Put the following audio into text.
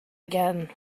again